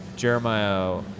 Jeremiah